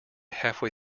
halfway